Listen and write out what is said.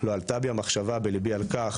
לא עלתה בי המחשבה בליבי על כך